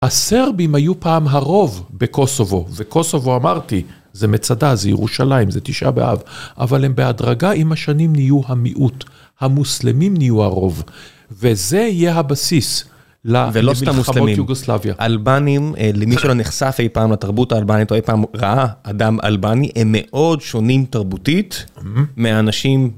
הסרבים היו פעם הרוב בקוסובו, ובקוסובו אמרתי זה מצדה, זה ירושלים, זה תשע באב, אבל הם בהדרגה עם השנים נהיו המיעוט, המוסלמים נהיו הרוב, וזה יהיה הבסיס. ולא סתם מוסלמים. למלחמות יוגוסלביה. אלבנים, למי שלא נחשף אי פעם לתרבות האלבנית או אי פעם ראה אדם אלבני, הם מאוד שונים תרבותית מאנשים